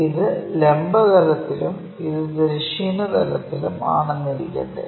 ഇത് ലംബ തലത്തിലും ഇത് തിരശ്ചീന തലത്തിലും ആണെന്നിരിക്കട്ടെ